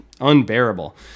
unbearable